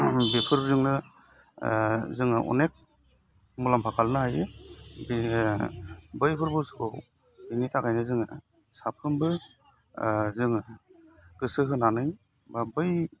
बेफोरजोंनो जोङो अनेक मुलाम्फा खालामनो हायो बे बैफोर बुस्थुखौ बिनि थाखायनो जोङो साफ्रोमबो जोङो गोसो होनानै एबा बै